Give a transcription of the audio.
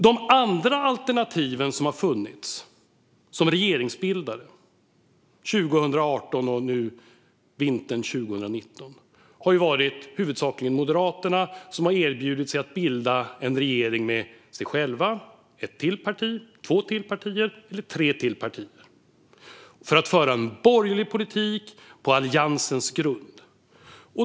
De andra alternativ som har funnits under 2018 och vintern 2019 när det gäller regeringsbildning har huvudsakligen inneburit att Moderaterna har erbjudit sig att bilda en regering med sig själva och antingen ett ytterligare parti eller två eller tre ytterligare partier, för att föra en borgerlig politik på Alliansens grund.